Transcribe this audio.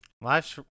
Life's